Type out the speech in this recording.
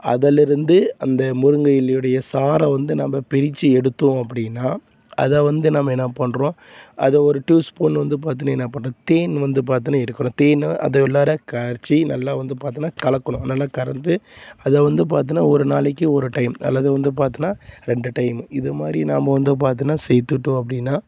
அதிலேருந்து அந்த முருங்கை இலையுடைய சாறை வந்து நம்ம பிரித்து எடுத்தோம் அப்படின்னா அதை வந்து நம்ம என்ன பண்ணுறோம் அதை ஒரு டியூ ஸ்பூன் வந்து பார்த்தின்னா என்ன பண்ணுறோம் தேன் வந்து பார்த்தின்னா எடுக்கிறோம் தேனை அது உள்ளாற காய்ச்சி நல்லா வந்து பார்த்தின்னா கலக்கணும் அதை நல்லா கலந்து அதை வந்து பார்த்தின்னா ஒரு நாளைக்கு ஒரு டைம் அல்லது வந்து பார்த்தின்னா ரெண்டு டையமு இது மாதிரி நாம் வந்து பார்த்தின்னா சேர்த்துக்கிட்டோம் அப்படின்னா